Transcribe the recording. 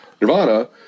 nirvana